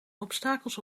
obstakels